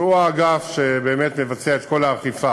שהוא האגף שבאמת מבצע את כל האכיפה.